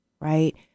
right